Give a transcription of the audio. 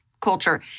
culture